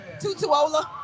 Tutuola